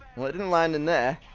well it didn't land in there